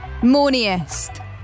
Moniest